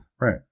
Right